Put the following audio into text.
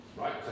Right